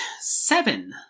seven